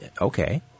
Okay